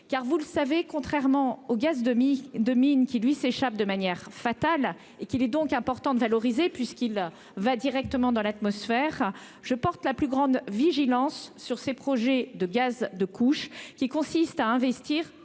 car vous le savez contrairement au gaz demi-de mines qui lui s'échappe de manière. Et qu'il est donc important de valoriser puisqu'il va directement dans l'atmosphère. Je porte la plus grande vigilance sur ses projets de gaz de couche qui consiste à investir